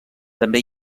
també